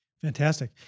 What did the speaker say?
Fantastic